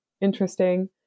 interesting